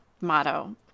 motto